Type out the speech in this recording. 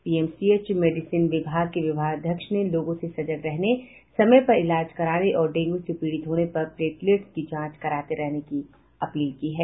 PMCH medicine विभाग के विभागाध्यक्ष ने लोगों से सजग रहने समय पर इलाज कराने और डेंगू से पीड़ित होने पर प्लेटलेट्स की जांच कराते रहने की अपील की है